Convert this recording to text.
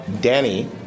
Danny